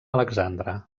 alexandre